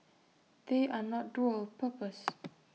they are not dual purpose